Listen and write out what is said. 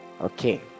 okay